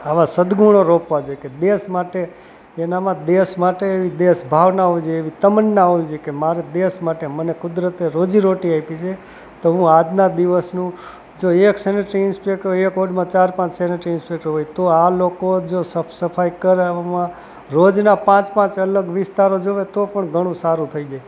આવા સદગુણો રોપવા જોઈ કે દેશ માટે એનામાં દેશ માટે એવી દેશ ભાવના હોવી જોઈએ એવી તમન્ના હોવી જોઈએ કે મારે દેશ માટે મને કુદરતે રોજી રોટી આપી છે તો હું આજના દિવસનું જ એક સેનેટરી ઈન્સ્પેકટર હોય એક વોર્ડમાં ચાર પાંચ સેનેટરી ઈન્સ્પેકટર હોય તો આ લોકો જો સફાઈ કરાવવામાં રોજના પાંચ પાંચ અલગ વિસ્તારો જોવે તો પણ ઘણું સારું થઈ જાય